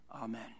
Amen